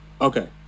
Okay